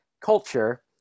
culture